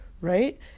right